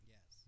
Yes